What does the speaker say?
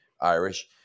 Irish